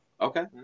Okay